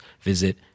visit